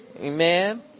Amen